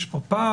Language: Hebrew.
יש פה פער?